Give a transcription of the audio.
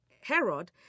Herod